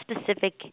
specific